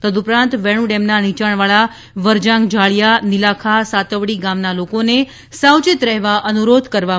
તદુપરાંત વેણુ ડેમના નિચાણવાળા વરજાંગ જાળીયા નીલાખા સાતવડી ગામના લોકોને સાવચેત રહેવા અનુરોધ કરવામાં આવ્યો છે